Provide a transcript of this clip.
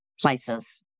places